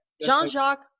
Jean-Jacques